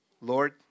Lord